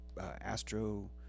Astro